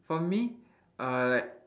for me uh like